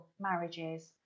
marriages